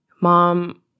mom